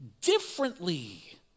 differently